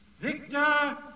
Victor